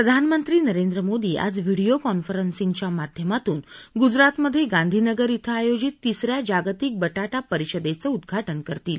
प्रधानमंत्री नरेंद्र मोदी आज व्हिडीओ कॉन्फरन्सिंगच्या माध्यमातून गुजरातमधे गांधीनगर क्वें आयोजित तिसऱ्या जागतिक बटाटा परिषदेचं उद्घाटन करतील